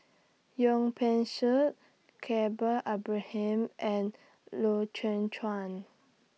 Wong Peng Soon Yaacob Ibrahim and Loy Chye Chuan